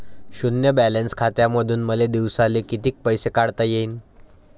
शुन्य बॅलन्स खात्यामंधून मले दिवसाले कितीक पैसे काढता येईन?